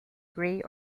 grey